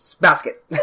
Basket